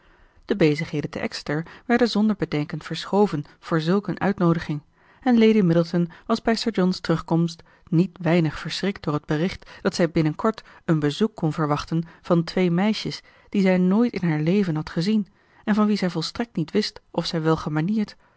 de bezigheden te exeter werden zonder bedenken verschoven voor zulk een uitnoodiging en lady middleton was bij sir john's terugkomst niet weinig verschrikt door het bericht dat zij binnenkort een bezoek kon verwachten van twee meisjes die zij nooit in haar leven had gezien en van wie zij volstrekt niet wist of zij